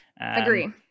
Agree